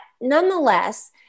nonetheless